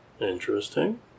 Interesting